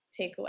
takeaway